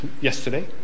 yesterday